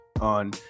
on